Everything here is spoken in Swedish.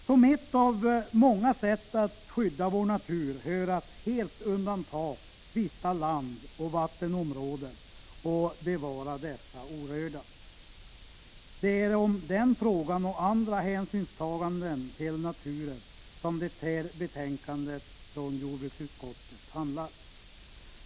Som ett av många sätt att skydda vår natur hör att helt undanta vissa landoch vattenområden och bevara dessa orörda. Det är om den frågan och andra hänsynstaganden till naturen som det här betänkandet från jordbruksutskottet handlar.